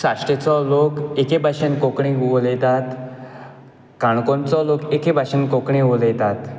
साश्टीचो लोक एके भाशेन कोंकणी उलयतात काणकोणचो लोक एके भाशेन कोंकणी उलयतात